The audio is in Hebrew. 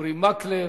אורי מקלב,